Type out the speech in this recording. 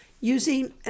using